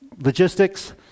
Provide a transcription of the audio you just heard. logistics